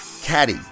caddy